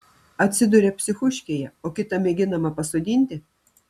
atsiduria psichuškėje o kitą mėginama pasodinti